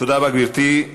תודה רבה, גברתי.